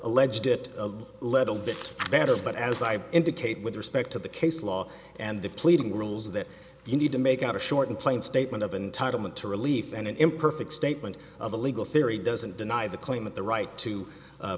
alleged it a little bit better but as i indicate with respect to the case law and the pleading rules that you need to make out a short and plain statement of entitle me to relief and an imperfect statement of a legal theory doesn't deny the claim of the right to